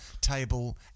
table